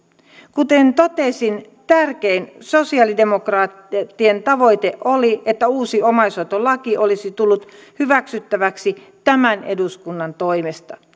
kuten totesin tärkein sosialidemokraattien tavoite oli että uusi omaishoitolaki olisi tullut hyväksyttäväksi tämän eduskunnan toimesta